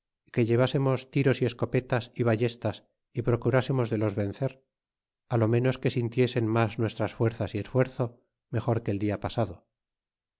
que llevásemos tiros y escopetas y ballestas y procurásemos de los vencer lo menos que sintiesen mas nuestras fuerzas y esfuerzo mejor que el dia pasado